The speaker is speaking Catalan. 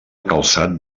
calçat